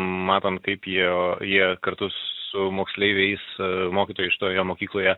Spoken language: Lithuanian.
matant kaip jie jie kartu su moksleiviais mokytojai šitoje mokykloje